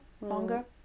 longer